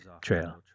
trail